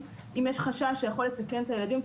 אם יש חשש שיכול לסכן את הילדים,